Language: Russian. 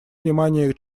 внимание